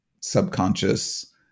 subconscious